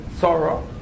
sorrow